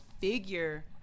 figure